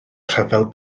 rhyfel